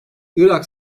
irak